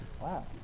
Wow